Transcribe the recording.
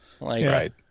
Right